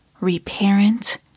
reparent